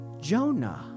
Jonah